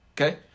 Okay